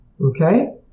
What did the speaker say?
Okay